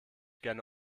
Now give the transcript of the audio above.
gerne